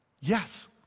Yes